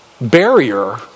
barrier